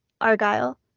Argyle